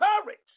courage